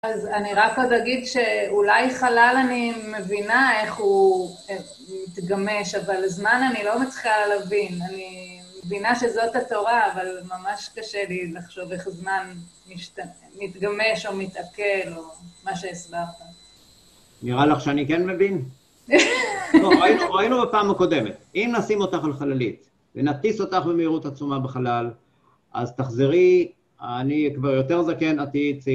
אז אני רק עוד אגיד שאולי חלל, אני מבינה איך הוא מתגמש, אבל זמן אני לא מצליחה להבין. אני מבינה שזאת התורה, אבל ממש קשה לי לחשוב איך זמן משת.. מתגמש או מתעכל, או מה שהסברת. נראה לך שאני כן מבין? (צחוק) טוב, ראינו, ראינו בפעם הקודמת. אם נשים אותך על חללית ונטיס אותך במהירות עצומה בחלל, אז תחזרי, אני כבר יותר זקן עתיד,